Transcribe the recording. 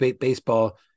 baseball